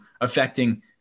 affecting